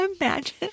imagine